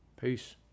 Peace